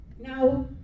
Now